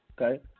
Okay